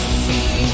see